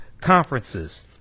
conferences